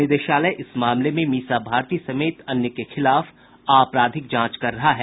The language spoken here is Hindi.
निदेशालय इस मामले में मीसा भारती समेत अन्य के खिलाफ आपराधिक जांच कर रहा है